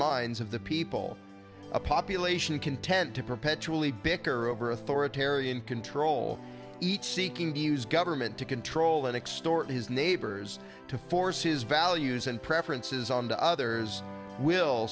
minds of the people a population content to perpetually bicker over authoritarian control each seeking to use government to control and extortion his neighbors to force his values and preferences on to others will